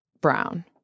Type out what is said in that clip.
brown